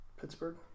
Pittsburgh